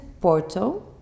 Porto